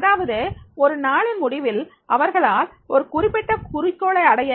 அதாவது ஒரு நாளின் முடிவில் அவர்களால் ஒரு குறிப்பிட்ட குறிக்கோளை அடைய